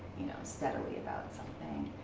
you know, steadily about something.